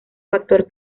factor